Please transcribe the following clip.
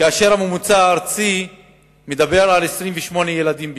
כאשר הממוצע הארצי מדבר על 28 ילדים בכיתה.